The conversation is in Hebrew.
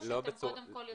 או שאתם קודם כול יוזמים?